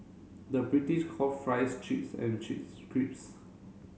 the British call fries chips and chips crisps